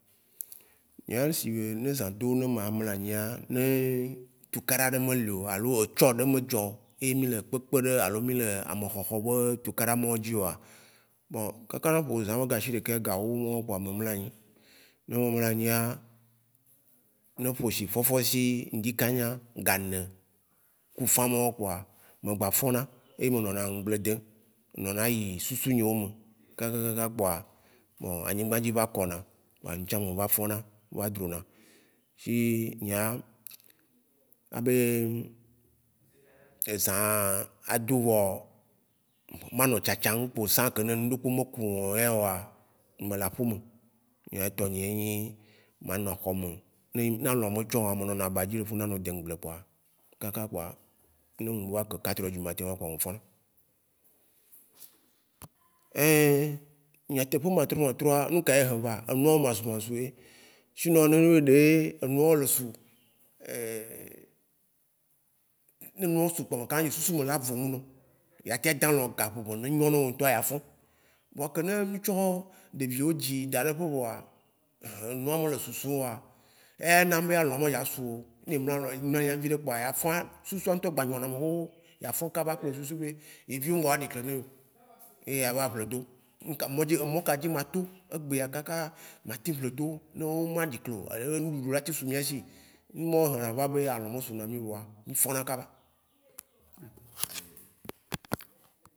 Nyea ne zã do ne ma mlanyi ya, ne tukara ɖe melio alo etsɔ ɖe me dzɔ e le kpekpe ɖe alo mí le ame hɔhɔ be tukara ma wo dzioa, bon kaka ne ga nyi ɖeka gawowo kpoa me mlanyi. Ne eƒo shifɔfɔ shí ŋdzika nya gane kufã ma woa kpoa, me gba fɔ̃ na e me nɔnɔ ŋgble de. Ŋnɔnɔ yi susu nye wo me kakakaka kpoa, bon anyigba dzi va kɔna, mtsã mva fɔ̃na va dro na. Shi nya, wa be ezã do vɔ manɔ tsatsãŋ kpo sã ŋke ŋɖeke me kumo ya woa, me le aƒe me. Nya tɔ nyea enyi manɔ hɔme, ne alɔ me tsɔma me nɔna abadzi le funu ma a nɔ deŋgble kpoa kaka kpoa ne ŋuwa ke quatre heures du matin kpoa, nya me fɔ̃. Nyateƒe matro matroa, ŋka ye heba? Enu wo masrumasru ye. Shinon ne enyi ɖe enu wo le sru ne enu wo sru kpoa me ka nyi susu me na vo nu no. Ya te a dalɔ gaƒoƒo ne nyo na wo ŋtɔa ya fɔ̃. Vɔa ke ne mi tsɔ ɖevi wo dzi daɖe ƒe bubua, nua me le susu mɔ wa, eya na me ya lɔ be ya sru. Ne emla no emla viɖe kpoa ya fɔ̃a susua ŋtɔ gba nyɔna ame hóhó, ya fɔ̃ kaba kple susu be evi nɔa ɖe kle ne wo. Eya va bledo, ŋka medzi mɔ ka dzi ma tó egbea kaka ma te vledo wo no o ma ɖiklo alo ŋɖuɖu la te su mía shi. Nu ma wo he na va be alɔa me su na mí vɔa mí fɔ̃ na kaba.